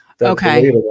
Okay